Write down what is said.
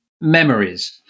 memories